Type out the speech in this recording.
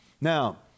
Now